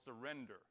surrender